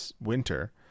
winter